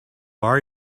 are